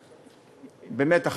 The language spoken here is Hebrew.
באמת,